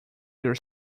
your